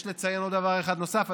יש לציין עוד דבר אחד נוסף,